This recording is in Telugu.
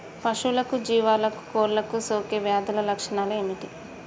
పశువులకు జీవాలకు కోళ్ళకు సోకే వ్యాధుల లక్షణాలు ఏమిటి?